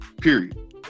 Period